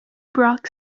brock